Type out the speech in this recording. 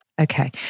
Okay